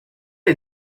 les